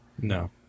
No